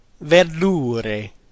VERDURE